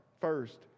first